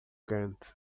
quente